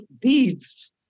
deeds